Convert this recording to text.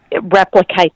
replicate